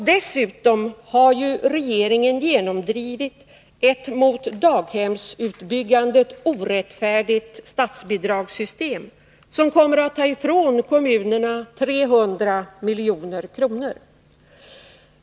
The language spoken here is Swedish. Dessutom har ju regeringen genomdrivit ett mot daghemsutbyggandet orättfärdigt statsbidragssystem, som kommer att ta ifrån kommunerna 300 milj.kr.